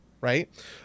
right